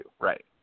right